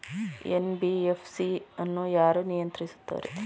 NBFC ಅನ್ನು ಯಾರು ನಿಯಂತ್ರಿಸುತ್ತಾರೆ?